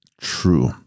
true